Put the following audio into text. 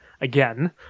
again